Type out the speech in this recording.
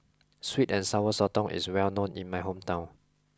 sweet and sour Sotong is well known in my hometown